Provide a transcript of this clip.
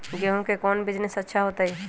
गेंहू के कौन बिजनेस अच्छा होतई?